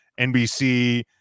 NBC